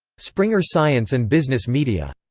springer science and business media.